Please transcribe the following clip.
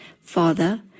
Father